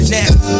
Now